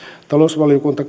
talousvaliokunta